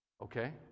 Okay